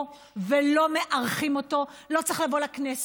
ולא מארחים אותו לא צריך לבוא לכנסת,